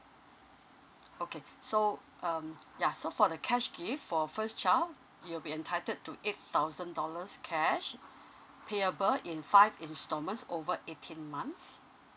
okay so um ya so for the cash gift for first child you'll be entitled to eight thousand dollars cash payable in five in~ installments over eighteen months